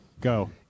Go